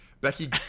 Becky